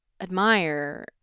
admire